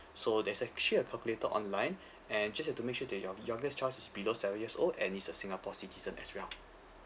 so there's actually a calculator online and just uh to make sure that your youngest child is below seven years old and he's a singapore citizen as well